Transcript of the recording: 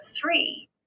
three